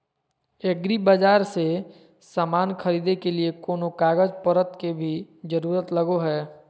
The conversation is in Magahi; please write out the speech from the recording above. एग्रीबाजार से समान खरीदे के लिए कोनो कागज पतर के भी जरूरत लगो है?